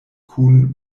kun